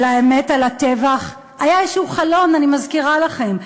ולאמת על הטבח, היה איזשהו חלון, אני מזכירה לכם,